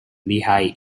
lehigh